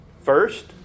First